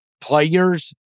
players